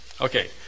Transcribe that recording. Okay